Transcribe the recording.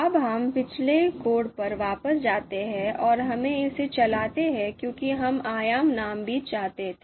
अब हम पिछले कोड पर वापस जाते हैं और हमें इसे चलाते हैं क्योंकि हम आयाम नाम भी चाहते थे